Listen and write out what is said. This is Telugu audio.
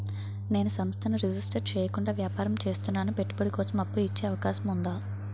నేను సంస్థను రిజిస్టర్ చేయకుండా వ్యాపారం చేస్తున్నాను పెట్టుబడి కోసం అప్పు ఇచ్చే అవకాశం ఉందా?